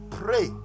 pray